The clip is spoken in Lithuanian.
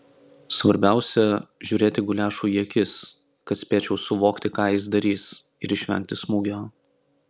svarbiausia žiūrėti guliašui į akis kad spėčiau suvokti ką jis darys ir išvengti smūgio